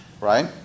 right